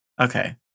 Okay